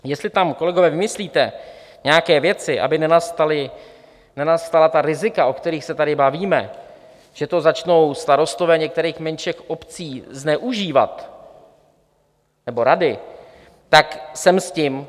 Jestli tam, kolegové, vymyslíte nějaké věci, aby nenastala ta rizika, o kterých se tady bavíme, že to začnou starostové některých menších obcí zneužívat, nebo rady, tak sem s tím.